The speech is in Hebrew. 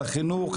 לחינוך,